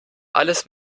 alles